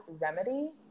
remedy